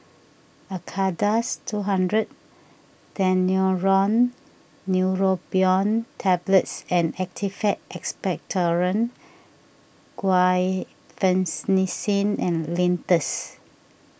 Acardust two hundred Daneuron Neurobion Tablets and Actified Expectorant Guaiphenesin Linctus